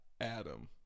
Adam